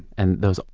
and those,